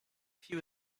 few